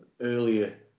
earlier